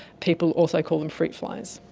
people also call them fruit flies.